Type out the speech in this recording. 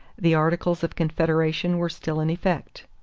the articles of confederation were still in effect.